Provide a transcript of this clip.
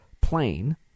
plane